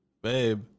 Babe